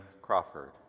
Crawford